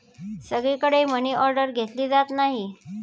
सगळीकडे मनीऑर्डर घेतली जात नाही